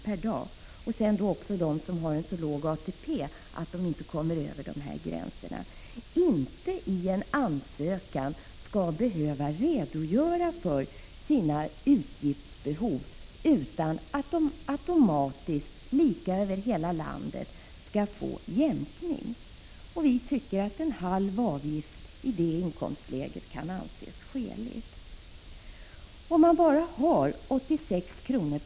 per dag, och de som har en så låg ATP att de inte kommer över gränsen, inte i en ansökan skall behöva redogöra för sina utgiftsbehov utan automatiskt, lika över hela landet, skall få jämkning. Vi tycker att en halv avgift kan anses skäligt i detta inkomstläge. Om man bara har 86 kr.